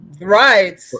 right